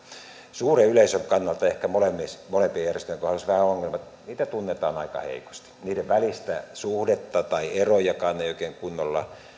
suuren yleisön kannalta ehkä molempien järjestöjen kohdalla on vähän se ongelma että niitä tunnetaan aika heikosti niiden välistä suhdetta tai niiden välisiä erojakaan ei oikein kunnolla